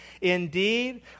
Indeed